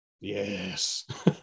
yes